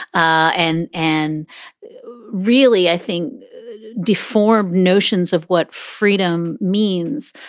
ah and and really, i think deformed notions of what freedom means.